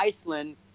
Iceland